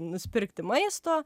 nusipirkti maisto